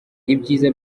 ibyiza